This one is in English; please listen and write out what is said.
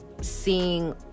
seeing